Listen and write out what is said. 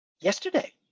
yesterday